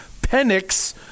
Penix